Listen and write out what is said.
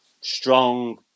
strong